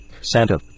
Santa